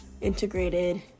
integrated